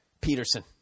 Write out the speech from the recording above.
Peterson